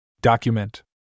Document